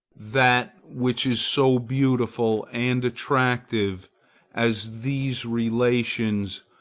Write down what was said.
that which is so beautiful and attractive as these relations,